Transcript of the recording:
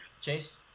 Chase